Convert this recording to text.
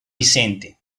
vicente